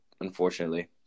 unfortunately